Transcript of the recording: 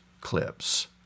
clips